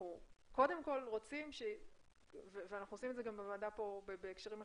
אנחנו עושים את זה בוועדה בהקשרים אחרים,